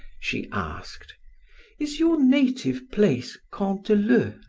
she asked is your native place canteleu?